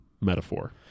metaphor